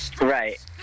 Right